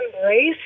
embrace